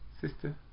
Sister